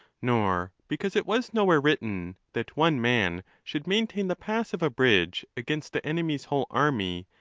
nor, because it was nowhere written, that one man should maintain the pass of a bridge against the enemy s whole army,